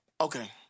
okay